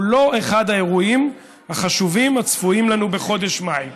הוא לא אחד האירועים החשובים הצפויים לנו בחודש מאי.